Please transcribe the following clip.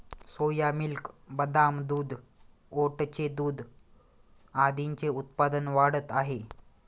सोया milk, बदाम दूध, ओटचे दूध आदींचे उत्पादन वाढत आहे